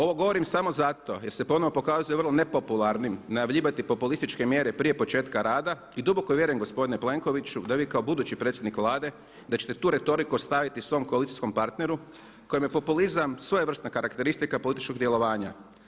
Ovo govorim samo zato jer se ponovno pokazuje vrlo nepopularnim najavljivati populističke mjere prije početka rada i duboko vjerujem gospodine Plenkoviću da vi kao budući predsjednik Vlade da ćete tu retoriku ostaviti svom koalicijskom partneru kojem je populizam svojevrsna karakteristika političkog djelovanja.